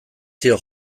dio